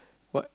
what